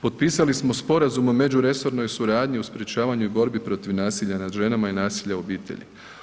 Potpisali smo sporazum o međuresornoj suradnji u sprječavanju i borbi protiv nasilja nad ženama i nasilja u obitelji.